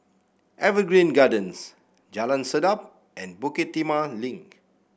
Evergreen Gardens Jalan Sedap and Bukit Timah Link